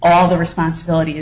all the responsibility